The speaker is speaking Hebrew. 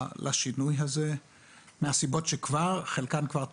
לשינוי הזה מהסיבות שאת חלקן כבר אמרתי,